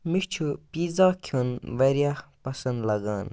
مےٚ چھُ پیٖزا کھیوٚن واریاہ پَسنٛد لگان